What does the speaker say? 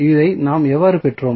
இதை நாம் எவ்வாறு பெற்றோம்